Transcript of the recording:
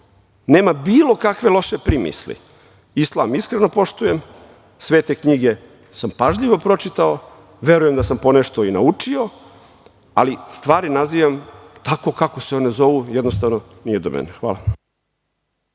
nema bilo kakve loše primisli. Islam iskreno poštujem. Svete knjige sam pažljivo pročitao. Verujem da sam ponešto i naučio, ali stvari nazivam tako kako se one zovu. Jednostavno, nije do mene. Hvala.